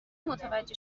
متوجه